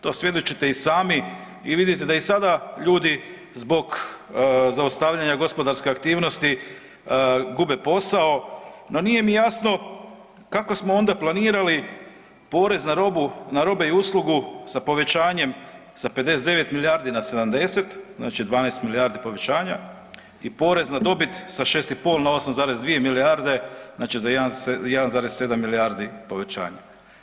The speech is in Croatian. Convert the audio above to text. To svjedočite i sami i vidite da i sada ljudi zbog zaustavljanja gospodarske aktivnosti gube posao, no nije mi jasno, kako smo onda planirali porez na robe i uslugu sa povećanjem sa 59 milijardi na 70, znači 12 milijardi povećanja i porez na dobit sa 6,5 na 8,2 milijarde, znači za 1,7 milijardi povećanje.